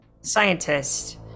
scientist